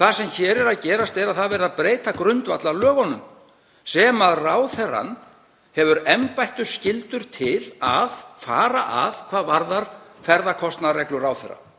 Það sem hér er að gerast er að það er verið að breyta grundvallarlögunum sem ráðherrann hefur embættisskyldur til að fara að hvað varðar ferðakostnaðarreglur ráðherra.